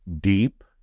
deep